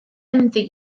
ynddi